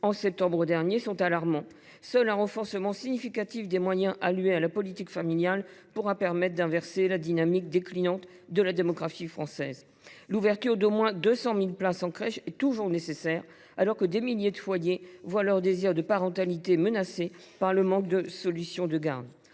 en septembre dernier sont alarmants. Seul un renforcement significatif des moyens alloués à la politique familiale permettra d’inverser la dynamique déclinante de la démocratie française. L’ouverture d’au moins 200 000 places en crèche est toujours nécessaire, alors que des milliers de foyers voient leur désir de parentalité menacé par le manque de solutions de garde.